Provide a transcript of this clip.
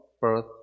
birth